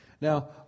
Now